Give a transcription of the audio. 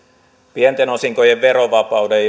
pienten osinkojen verovapauden